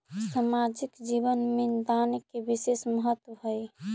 सामाजिक जीवन में दान के विशेष महत्व हई